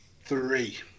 Three